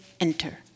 Enter